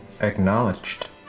Acknowledged